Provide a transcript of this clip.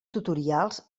tutorials